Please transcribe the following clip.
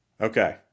Okay